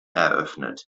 eröffnet